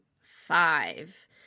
five